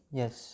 yes